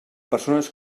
persones